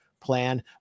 plan